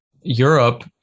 Europe